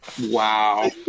Wow